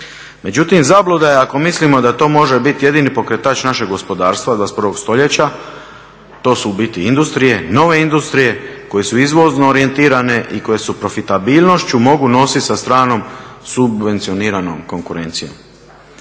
Međutim zabluda je ako mislimo da to može biti jedini pokretač našeg gospodarstva 21.stoljeća, to su u biti industrije, nove industrije koje su izvozno orijentirane i koje se profitabilnošću mogu nositi sa stranom subvencioniramo konkurencijom.